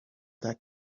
that